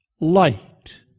light